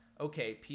okay